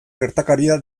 gertakaria